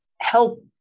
help